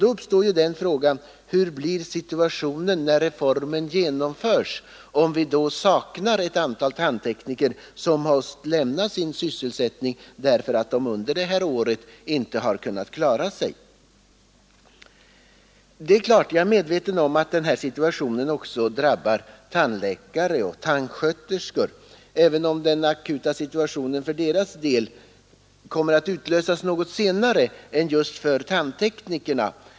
Då uppstår frågan: Hur blir situationen när reformen genomförs, om vi då saknar ett antal tandtekniker som har lämnat sin sysselsättning därför att de under det här året inte kunnat klara sig? Jag är medveten om att det här också drabbar tandläkare och tandsköterskor, men den akuta situationen för deras del kommer att utlösas något senare än just för tandteknikerna.